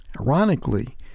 Ironically